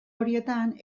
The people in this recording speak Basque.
horietan